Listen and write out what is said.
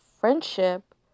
friendship